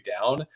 down